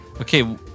okay